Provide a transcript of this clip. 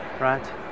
right